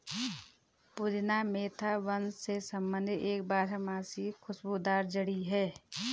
पुदीना मेंथा वंश से संबंधित एक बारहमासी खुशबूदार जड़ी है